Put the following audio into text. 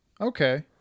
Okay